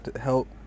help